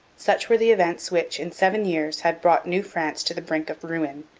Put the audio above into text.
such were the events which, in seven years, had brought new france to the brink of ruin.